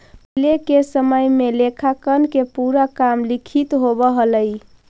पहिले के समय में लेखांकन के पूरा काम लिखित होवऽ हलइ